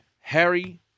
Harry